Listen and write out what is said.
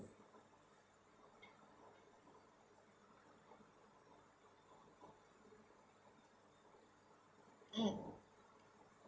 mm